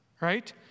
right